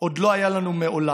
עוד לא היה לנו מעולם,